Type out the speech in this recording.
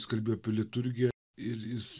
jis kalbėjo apie liturgiją ir jis